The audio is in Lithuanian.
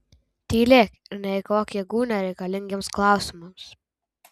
tylėk ir neeikvok jėgų nereikalingiems klausimams